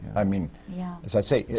i mean, yeah as i say,